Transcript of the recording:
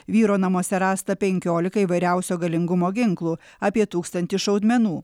vyro namuose rasta penkiolika įvairiausio galingumo ginklų apie tūkstantį šaudmenų